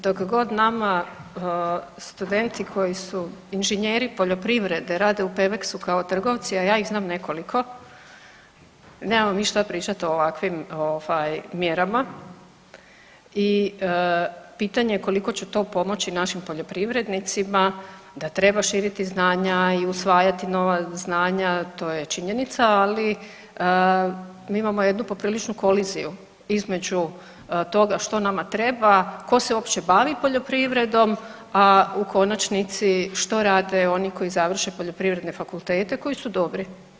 Dok god nama studenti koji su inženjeri poljoprivrede rade u Pevexu kao trgovci, a ja ih znam nekoliko, nemamo mi šta pričat o ovakvim ovaj mjerama i pitanje je koliko će to pomoći našim poljoprivrednicima da treba širiti znanja i usvajati nova znanja, to je činjenica, ali mi imamo jednu popriličnu koliziju između toga što nama treba, ko se uopće bavi poljoprivredom, a u konačnici što rade oni koji završe poljoprivredne fakultete i koji su dobri.